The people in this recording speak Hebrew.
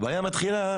הבעיה היא במקומות ש...